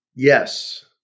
Yes